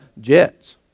jets